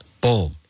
Boom